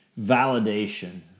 validation